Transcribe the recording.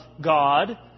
God